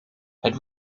het